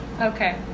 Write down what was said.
Okay